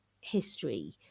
history